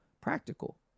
practical